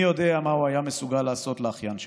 מי יודע מה הוא היה מסוגל לעשות לאחיין שלי.